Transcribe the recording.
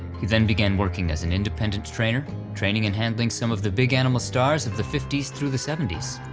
he then began working as an independent trainer training and handling some of the big animal stars of the fifty s through the seventy s.